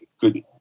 good